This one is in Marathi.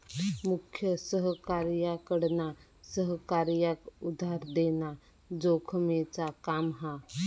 मुख्य सहकार्याकडना सहकार्याक उधार देना जोखमेचा काम हा